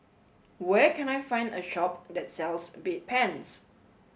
where can I find a shop that sells bedpans